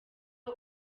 uba